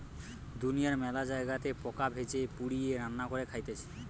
দুনিয়ার মেলা জায়গাতে পোকা ভেজে, পুড়িয়ে, রান্না করে খাইতেছে